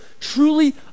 truly